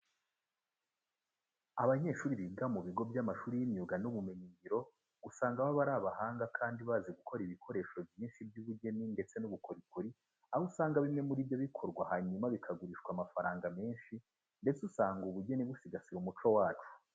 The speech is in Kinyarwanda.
Abanyeshuri biga mu bigo by'amashuri by'imyuga n'ubumenyingiro usanga baba ari abahanga kandi bazi gukora ibikoresho byinshi by'ubugeni ndetse n'ubukorikori, aho usanga bimwe muri byo bikorwa hanyuma bikagurishwa amafaranga menshi ndetse usanga ubu bugeni busigasira umuco wacu.